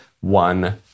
One